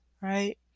right